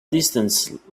distance